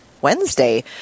Wednesday